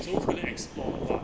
so 可能 explore but